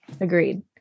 Agreed